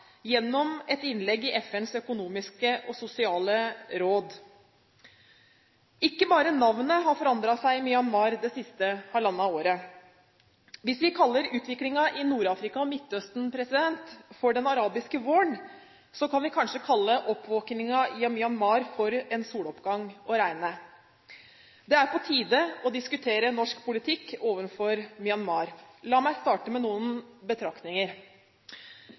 gjennom et innlegg i FNs økonomiske og sosiale råd. Ikke bare navnet har forandret seg i Myanmar det siste halvannet året. Hvis vi kaller utviklingen i Nord-Afrika og Midtøsten for den arabiske våren, kan kanskje oppvåkningen i Myanmar være for en soloppgang å regne. Det er på tide å diskutere norsk politikk overfor Myanmar. La meg starte med noen betraktninger,